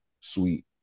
sweet